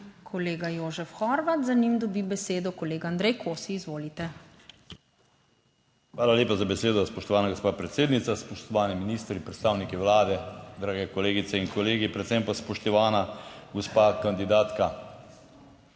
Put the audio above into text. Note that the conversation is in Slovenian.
kolega Jožef Horvat, za njim dobi besedo kolega Andrej Kosi. Izvolite. **JOŽEF HORVAT (PS NSi):** Hvala lepa za besedo, spoštovana gospa predsednica. Spoštovani ministri, predstavniki Vlade, drage kolegice in kolegi, predvsem pa spoštovana gospa kandidatka!